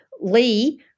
Lee